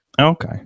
Okay